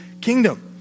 kingdom